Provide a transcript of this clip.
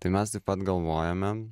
tai mes taip pat galvojame